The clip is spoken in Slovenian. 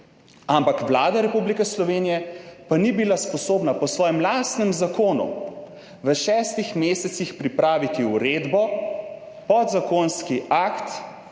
Ampak, Vlada Republike Slovenije pa ni bila sposobna po svojem lastnem zakonu v šestih mesecih pripraviti uredbo, podzakonski akt,